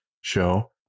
show